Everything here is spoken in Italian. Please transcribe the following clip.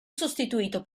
sostituito